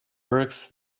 works